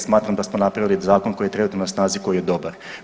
Smatram da smo napravili zakon koji je trenutno na snazi koji je dobar.